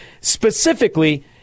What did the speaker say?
specifically